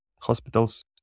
hospitals